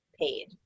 paid